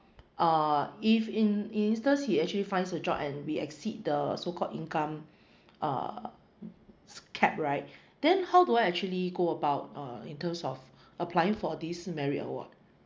uh if in in instance he actually finds a job and we exceed the so called income err cap right then how do I actually go about uh in terms of applying for this merit award